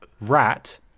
rat